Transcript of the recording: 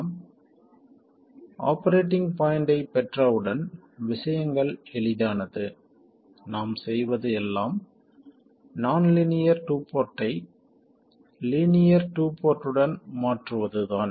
நாம் ஆபரேட்டிங் பாய்ண்ட்டைப் பெற்ற உடன் விஷயங்கள் எளிதானது நாம் செய்வது எல்லாம் நான் லீனியர் டூ போர்ட்டை லீனியர் டூ போர்ட்டுடன் மாற்றுவதுதான்